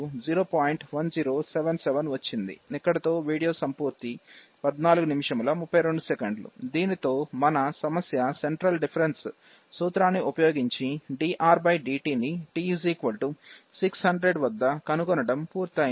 video సంపూర్తి 1432 దీనితో మన సమస్య సెంట్రల్ డిఫరెన్స్ సూత్రాన్ని ఉపయోగించి drdt ని t600 వద్ద కనుగొనడం పూర్తయింది